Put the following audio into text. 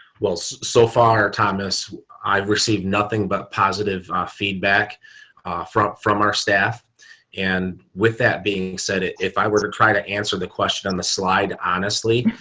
well, so so far, thomas i've received nothing but positive feedback from from our staff and with that being said, if i were to try to answer the question on the slide, honestly.